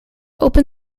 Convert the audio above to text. open